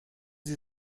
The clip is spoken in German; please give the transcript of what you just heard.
sie